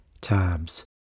times